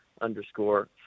underscore